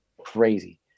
crazy